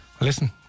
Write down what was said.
listen